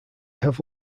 have